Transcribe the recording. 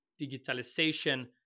digitalization